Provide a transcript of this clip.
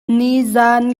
nizaan